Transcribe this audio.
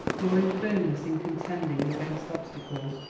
nor in firmness in contending against obstacles,